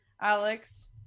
Alex